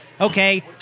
Okay